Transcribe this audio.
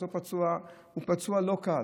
אותו פצוע הוא פצוע לא קל,